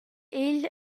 egl